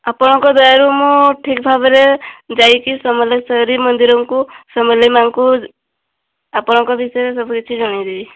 ଆପଣଙ୍କ ଦୟାରୁ ମୁଁ ଠିକ ଭାବରେ ଯାଇକି ସମଲେଶ୍ୱରୀ ମନ୍ଦୀରଙ୍କୁ ସମଲେଇ ମାଁଙ୍କୁ ଆପଣଙ୍କ ବିଷୟରେ ସବୁ କିଛି ଜଣେଇଦେବି